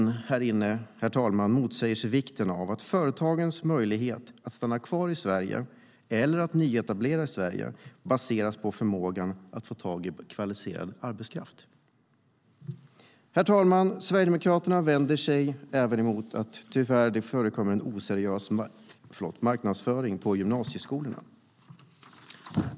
Jag tror inte att någon här inne motsätter sig vikten av att företagens möjlighet att stanna kvar i Sverige eller nyetablera sig här baseras på förmågan att få tag i kvalificerad arbetskraft. Sverigedemokraterna vänder sig mot att det tyvärr förekommer en oseriös marknadsföring på gymnasieskolorna.